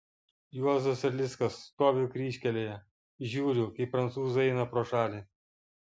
juozas erlickas stoviu kryžkelėje žiūriu kaip prancūzai eina pro šalį